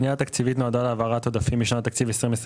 הפנייה התקציבית נועדה להעברת עודפים משנת התקציב 21'